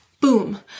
Boom